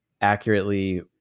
accurately